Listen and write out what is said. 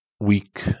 week